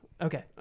okay